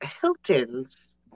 Hilton's